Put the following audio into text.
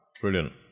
Brilliant